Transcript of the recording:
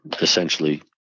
essentially